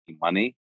money